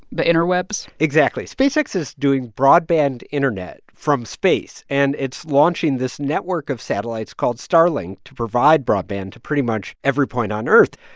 the interwebs? exactly. spacex is doing broadband internet from space and it's launching this network of satellites called starlink to provide broadband to pretty much every point on earth.